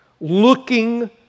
looking